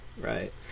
Right